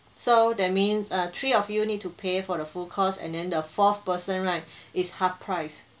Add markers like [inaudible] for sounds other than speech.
so that means uh three of you need to pay for the full cost and then the fourth person right [breath] is half price